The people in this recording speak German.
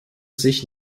sich